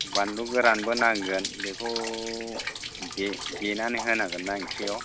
बानलु गोरानबो नांगोन बेखौ दे देनानै होनांगोन्ना ओंख्रियाव